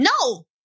No